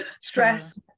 stress